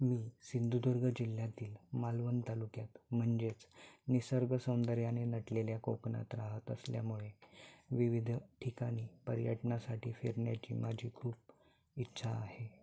मी सिंधुदुर्ग जिल्ह्यातील मालवण तालुक्यात म्हणजेच निसर्ग सौंदर्याने नटलेल्या कोकणात राहत असल्यामुळे विविध ठिकाणी पर्यटनासाठी फिरण्याची माझी खूप इच्छा आहे